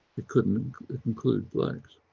it couldn't include blacks,